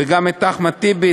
וגם את אחמד טיבי,